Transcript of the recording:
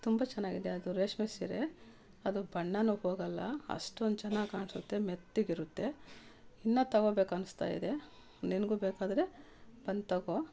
ತುಂಬ ಚೆನ್ನಾಗಿದೆ ಅದು ರೇಷ್ಮೆ ಸೀರೆ ಅದು ಬಣ್ಣ ಹೋಗಲ್ಲಅಷ್ಟೊಂದ್ ಚೆನ್ನಾಗ್ ಕಾಣಿಸುತ್ತೆ ಮೆತ್ತಗಿರುತ್ತೆ ಇನ್ನು ತಗೊಬೇಕು ಅನಿಸ್ತಾಯಿದೆ ನಿನಗು ಬೇಕಾದರೆ ಬಂದು ತಗೊ